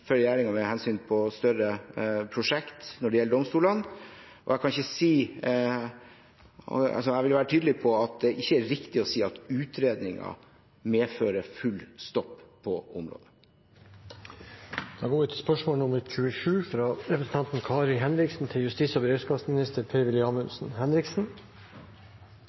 med hensyn til større prosjekt når det gjelder domstolene, og jeg vil være tydelig på at det ikke er riktig å si at utredningen medfører full stopp på området.